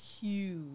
huge